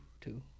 Two